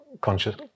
conscious